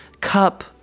cup